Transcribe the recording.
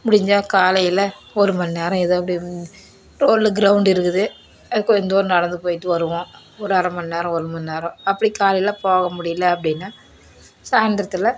முடிஞ்சால் காலையில் ஒரு மணி நேரம் எதோ அப்படி ஊரில் கிரௌண்ட் இருக்குது அது கொஞ்சம் தூரம் நடந்து போயிட்டு வருவோம் ஒரு அரை மணி நேரம் ஒரு மணி நேரம் அப்படி காலையில் போக முடியல அப்படின்னா சாயந்தரத்தில்